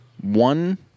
one